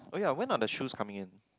oh ya when are the shoes coming in